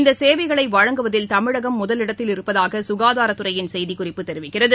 இந்தசேவைகளைவழங்குவதில் தமிழகம் முதலிடத்தில் இருப்பதாகசுனதாரத்துறையின் செய்திக்குறிப்பு தெரிவிக்கிறது